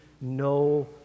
no